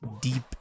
deep